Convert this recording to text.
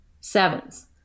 Sevens